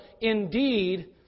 indeed